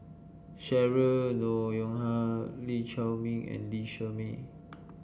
Cheryl Noronha Lee Chiaw Meng and Lee Shermay